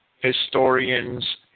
historians